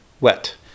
wet